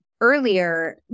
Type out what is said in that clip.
earlier